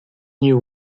near